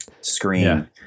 screen